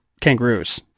kangaroos